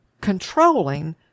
controlling